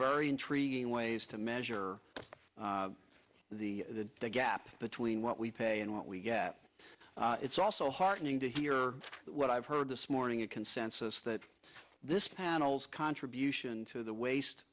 very intriguing ways to measure the the gap between what we pay and what we get it's also heartening to hear what i've heard this morning a consensus that this panel's contribution to the wast